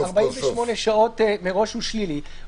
או 48 שעות מראש הוא שלילי,